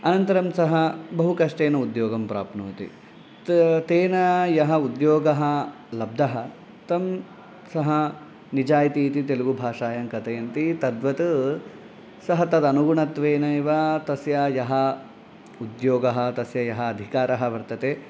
अनन्तरं सः बहु कष्टेन उद्योगं प्राप्नोति त् तेन यः उद्योगः लब्धः तं सः निजायिति इति तेलुगु भाषायां कथयन्ति तद्वत् सः तद् अनुगुणत्वेनैव तस्य यः उद्योगः तस्य यः अधिकारः वर्तते